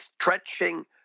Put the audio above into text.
stretching